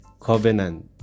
covenant